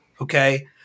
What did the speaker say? Okay